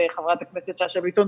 חברת הכנסת שאשא ביטון,